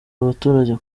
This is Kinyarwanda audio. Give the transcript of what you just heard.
abaturage